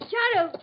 Shadow